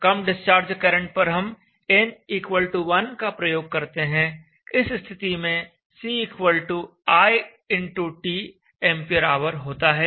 कम discharge current पर हम n 1 का प्रयोग करते हैं इस स्थिति में C I x t ampere hour होता है